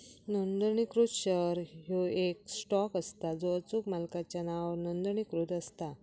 नोंदणीकृत शेअर ह्यो येक स्टॉक असता जो अचूक मालकाच्या नावावर नोंदणीकृत असता